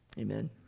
Amen